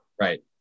Right